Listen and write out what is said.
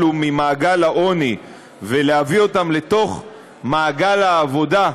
ממעגל העוני ולהביא אותן לתוך מעגל העבודה,